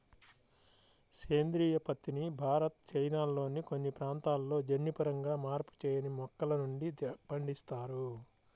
సేంద్రీయ పత్తిని భారత్, చైనాల్లోని కొన్ని ప్రాంతాలలో జన్యుపరంగా మార్పు చేయని మొక్కల నుండి పండిస్తారు